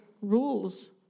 rules